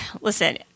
listen